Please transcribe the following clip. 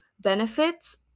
benefits